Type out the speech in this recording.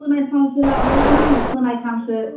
फोनायथामसो लाबोगोन आङो फोनायथामसो